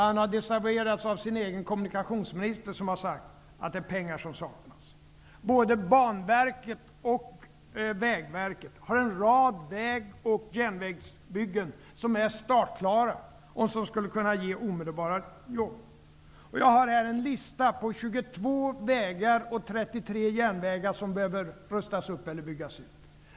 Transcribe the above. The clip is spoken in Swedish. Han har desavouerats av sin egen kommunikationsminister som har sagt att det är pengar som saknas. Både Banverket och Vägverket har en rad väg och järnvägsbyggen som är startklara och som skulle kunna ge omedelbara jobb. Jag har en lista på 22 vägar och 33 järnvägar som behöver rustas upp eller byggas ut.